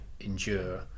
endure